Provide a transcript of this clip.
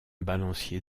balancier